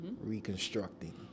reconstructing